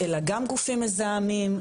אלא גם גופים מזהמים,